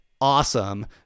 awesome